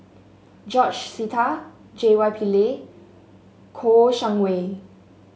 George Sita J Y Pillay Kouo Shang Wei